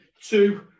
two